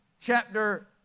chapter